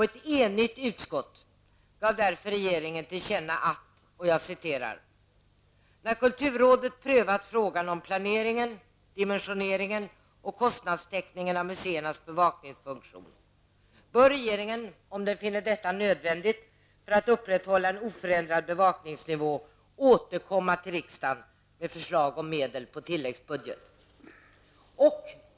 Ett enigt utskott gav därför regeringen till känna att: ''när kulturrådet prövat frågan om planeringen, dimensioneringen och kostnadstäckningen av museernas bevakningsfunktion bör regeringen -- om den finner detta nödvändigt för att upprätthålla en oförändrad bevakningsnivå -- återkomma till riksdagen med förslag om medel på tilläggsbudget.''